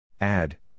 Add